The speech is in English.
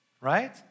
right